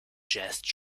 jazz